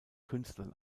künstlern